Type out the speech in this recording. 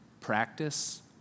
practice